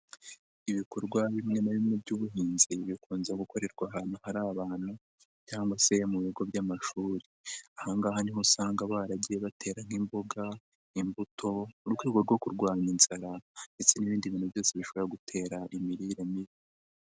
Ibikorwa bimwe na bimwe by'ubuhinzi bikunze gukorerwa ahantu hari abantu cyangwa se mu bigo by'amashuri, aha ngaha niho usanga baragiye batera nk'imboga, imbuto, mu rwego rwo kurwanya inzara ndetse n'ibindi bintu byose bishobora gutera imirire mibi.